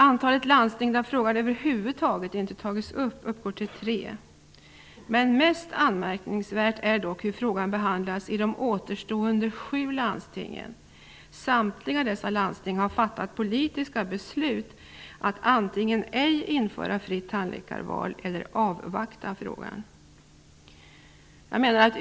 Antalet landsting där frågan över huvud taget inte tagits upp uppgår till tre. Mest anmärkningsvärt är dock hur frågan behandlats i de återstående sju landstingen. Samtliga dessa landsting har fattat politiska beslut om att antingen ej införa fritt tandläkarval eller att avvakta i frågan.